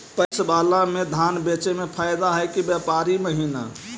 PACS बाला में धान बेचे मे फायदा है कि व्यापारी महिना?